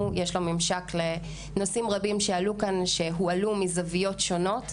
יש ממשק לנושאים רבים שעלו כאן והועלו מזוויות שונות.